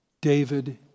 David